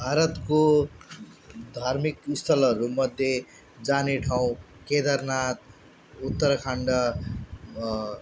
भारतको धार्मिक स्थलहरू मध्ये जाने ठाउँ केदारनाथ उत्तराखन्ड